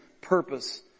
purpose